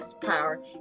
power